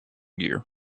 gear